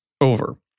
over